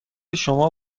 شما